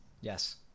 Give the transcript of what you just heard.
Yes